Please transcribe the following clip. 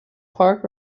park